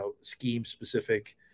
scheme-specific